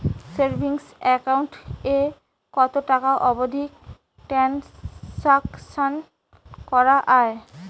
Savings account এ কতো টাকা অবধি ট্রানসাকশান করা য়ায়?